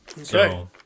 Okay